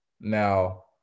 Now